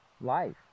life